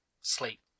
Sleep